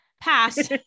Pass